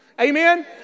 Amen